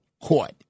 Court